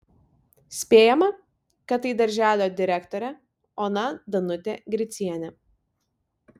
spėjama kad tai darželio direktorė ona danutė gricienė